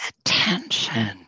attention